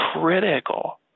critical